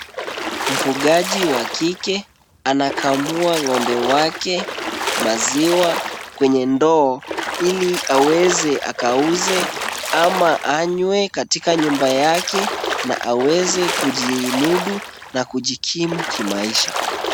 Mfungaji wa kike ana kamua ngombe wake maziwa kwenye ndoo ili aweze akauze ama anywe, katika nyumba yake, na aweze kujilimudu na kujikimu kimaisha.